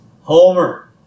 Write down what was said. Homer